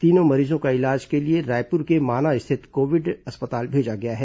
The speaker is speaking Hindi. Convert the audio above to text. तीनों मरीजों को इलाज के लिए रायपुर के माना स्थित कोविड अस्पताल भेजा गया है